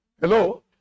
Hello